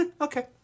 okay